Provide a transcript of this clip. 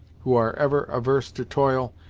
who are ever averse to toil,